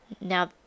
now